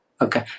Okay